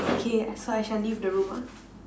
okay so I shall leave the room ah